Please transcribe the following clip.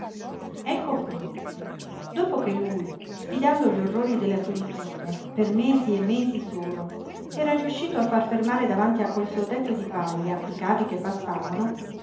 ecco qua dopo che lui sfidando gli orrori della solitudine per mesi e mesi solo era riuscito a far fermare davanti a quel suo tetto di paglia i carri che passavano